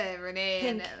Renee